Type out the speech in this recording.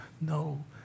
No